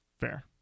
Fair